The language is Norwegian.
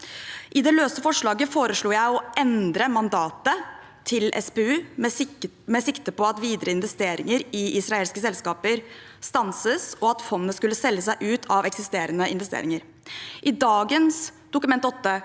I det løse forslaget foreslo jeg å endre mandatet til SPU med sikte på at videre investeringer i israelske selskaper stanses, og at fondet skulle selge seg ut av eksisterende investeringer. I dagens Dokument